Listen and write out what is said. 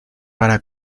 para